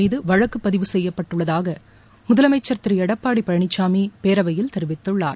மீது வழக்குப்பதிவு செய்யப்பட்டுள்ளதாக முதலமைச்சர் திரு எடப்பாடி பழனினாமி பேரவையில் கெரிவித்குள்ளார்